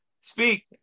Speak